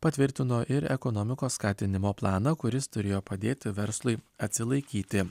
patvirtino ir ekonomikos skatinimo planą kuris turėjo padėti verslui atsilaikyti